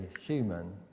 human